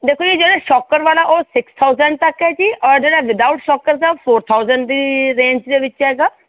ਦੇਖੋ ਜੀ ਜਿਹੜੇ ਛੋਕਰ ਵਾਲਾ ਉਹ ਸਿਕਸ ਥਾਊਜੈਂਡ ਤੱਕ ਹੈ ਜੀ ਔਰ ਜਿਹੜਾ ਵਿਦਆਊਟ ਛੋਕਰਸ ਆ ਫ਼ੋਰ ਥਾਊਜੈਂਡ ਦੀ ਰੇਂਜ ਦੇ ਵਿੱਚ ਹੈਗਾ